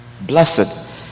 Blessed